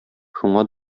шуңа